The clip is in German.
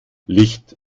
licht